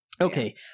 Okay